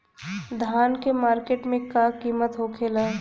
धान क मार्केट में का कीमत होखेला?